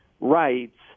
rights